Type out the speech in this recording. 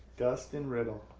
dustin riddle.